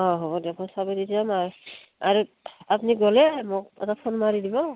অঁ হ'ব দিয়ক মই চাবি দি যাম আৰ আৰু আপুনি গ'লে মোক এটা ফোন মাৰি দিব